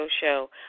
show